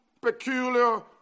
peculiar